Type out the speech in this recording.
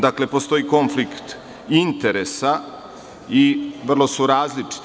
Dakle, postoji konflikt interesa i vrlo su različita.